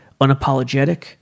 unapologetic